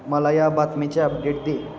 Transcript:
मला या बातमीचे अपडेट दे